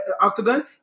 Octagon